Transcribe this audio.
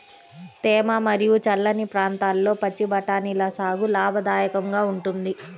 తేమ మరియు చల్లని ప్రాంతాల్లో పచ్చి బఠానీల సాగు లాభదాయకంగా ఉంటుంది